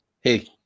hey